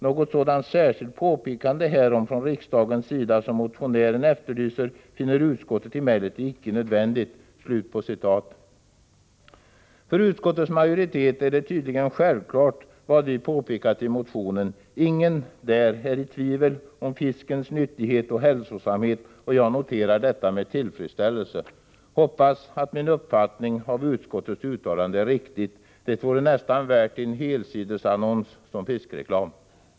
Något sådant särskilt påpekande härom från riksdagens sida som motionärerna efterlyser finner utskottet emellertid inte nödvändigt.” För utskottets majoritet är det tydligen självklart vad vi påpekat i motionen. Ingen där tvivlar på att fisk är nyttigt och hälsosamt, och jag noterar detta med tillfredsställelse. Jag hoppas att min uppfattning av utskottets uttalande är riktig. Det vore nästan värt en helsidesannons som fiskreklam.